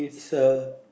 it's a